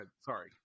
sorry